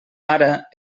ara